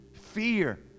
Fear